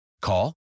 Call